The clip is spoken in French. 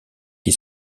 qui